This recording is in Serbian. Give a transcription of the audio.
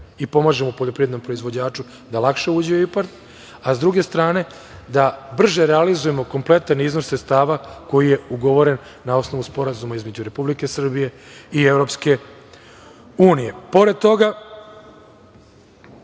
i pomažemo poljoprivrednom proizvođaču da lakše uđe u IPARD, a sa druge strane da brže realizujemo kompletan iznos sredstava koji je ugovoren na osnovu sporazuma između Republike Srbije i EU.Pored